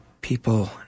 people